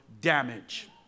Damage